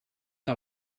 que